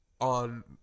On